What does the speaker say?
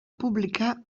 publicar